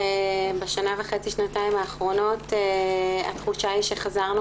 בשנה וחצי-שנתיים האחרונות התחושה היא שחזרנו